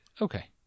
Okay